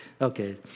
Okay